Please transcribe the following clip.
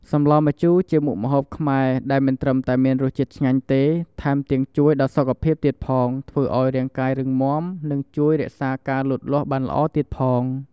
សម្លម្ជូរជាមុខម្ហូបខ្មែរ ដែលមិនត្រឹមតែមានរសជាតិឆ្ងាញ់ទេ ថែមទាំងជួយដល់សុខភាពទៀតផងធ្វើឱ្យរាងកាយរឹងមាំនិងជួយរក្សាការលូតលាស់បានល្អទៀតផង។